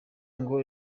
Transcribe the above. ngo